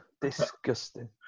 disgusting